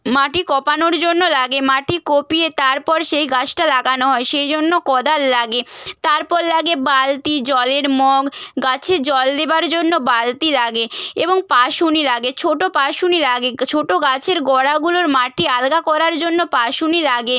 মাটি কোপানোর জন্য লাগে মাটি কুপিয়ে তারপর সেই গাছটা লাগানো হয় সেই জন্য কোদাল লাগে তারপর লাগে বালতি জলের মগ গাছে জল দেবার জন্য বালতি লাগে এবং পাসুনি লাগে ছোট পাসুনি লাগে ছোট গাছের গোড়াগুলোর মাটি আলগা করার জন্য পাসুনি লাগে